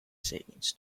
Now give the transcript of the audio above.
savings